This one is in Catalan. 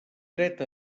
dret